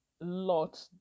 Lot